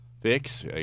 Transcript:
fix